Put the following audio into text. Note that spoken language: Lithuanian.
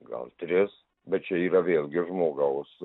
gal tris bet čia yra vėlgi žmogaus